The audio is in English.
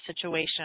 situation